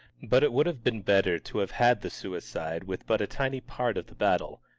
but it would have been better to have had the suicide with but a tiny part of the battle,